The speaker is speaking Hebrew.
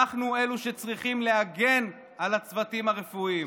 אנחנו אלו שצריכים להגן על הצוותים הרפואיים.